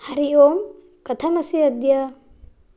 हरिः ओं कथमसि अद्य